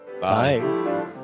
Bye